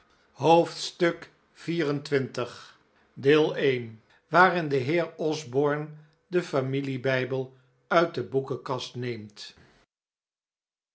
stemmenwerver xxiv waarin de heer osborne den familiebijbel uit de boekenkast neemt